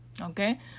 okay